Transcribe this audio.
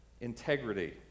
integrity